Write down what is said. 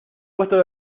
puesto